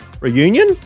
reunion